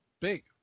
Big